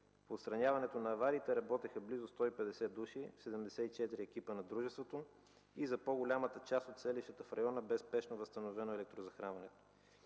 По отстраняването на авариите работеха близо 150 души, 74 екипа на дружеството и за по-голямата част от селищата в района бе спешно възстановено електрозахранването.